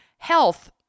health